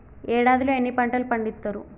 ఏడాదిలో ఎన్ని పంటలు పండిత్తరు?